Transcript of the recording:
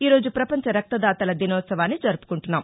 ఈరోజు ప్రపంచ రక్తదాతల దినోత్సవాన్ని జరుపుకుంటున్నాం